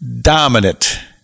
dominant